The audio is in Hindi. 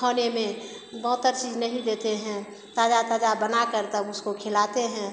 खाने में बहतर चीज़ नहीं देते हैं ताज़ा ताज़ा बनाकर तब उसको खिलाते हैं